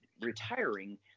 retiring